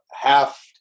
half